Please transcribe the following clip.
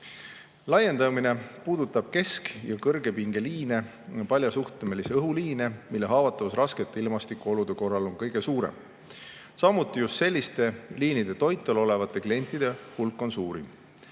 Laiendamine puudutab kesk- ja kõrgepingeliine, paljasjuhtmelisi õhuliine, mille haavatavus raskete ilmastikuolude korral on kõige suurem. Samuti just selliste liinide toitel olevate klientide hulk on suurim.